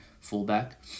fullback